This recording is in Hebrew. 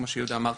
כמו שיהודה אמר,